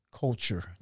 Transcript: culture